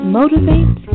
motivate